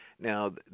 Now